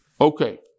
Okay